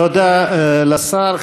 תודה לשר.